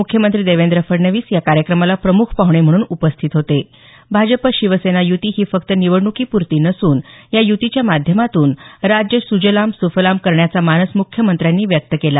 मुख्यमंत्री देवेंद्र फडणवीस या कार्यक्रमाला प्रमुख पाहुणे म्हणून उपस्थित होते भाजप शिवसेना युती ही फक्त निवडणुकीपुरती नसून या युतीच्या माध्यमातून राज्य सुजलाम सुफलाम करण्याचा मानस मुख्यमंत्र्यांनी व्यक्त केला